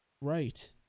Right